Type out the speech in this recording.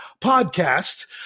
podcast